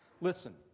Listen